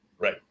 Right